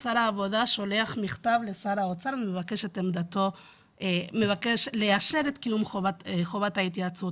שר העבודה שולח מכתב לשר האוצר ומבקש לאשר את קיום חובת ההתייעצות.